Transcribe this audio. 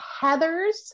heathers